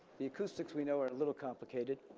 the acoustics we know are a little complicated.